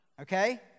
Okay